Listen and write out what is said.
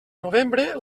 novembre